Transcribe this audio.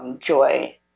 joy